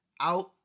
out